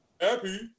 happy